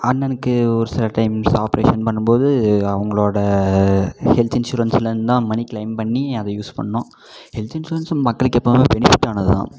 அண்ணனுக்கு ஒரு சில டைம் ஆப்ரேஷன் பண்ணும் போது அவங்களோட ஹெல்த் இன்சூரன்ஸ்லேர்ந்து தான் மனி க்ளைம் பண்ணி அதை யூஸ் பண்ணோம் ஹெல்த் இன்சூரன்ஸும் மக்களுக்கு எப்போமே பெனிஃபிட் ஆனது தான்